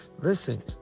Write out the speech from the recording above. Listen